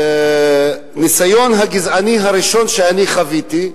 הניסיון הגזעני הראשון שאני חוויתי,